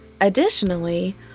Additionally